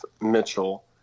Mitchell